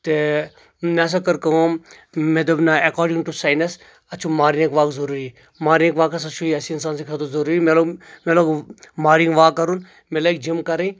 تہٕ مےٚ ہسا کٔر کٲم مے دوٚپ نہ ایٚکاڈنگ ٹُہ ساینس اتھ چھُ مارنگ واک ضروری مارنگ واک ہسا چھُ یہِ ہسا انسان سٕنٛد خٲطرٕ ضروری مےٚ لوٚگ مےٚ لوٚگ مارنگ واک کرُن مےٚ لٲگۍ جِم کرٕنۍ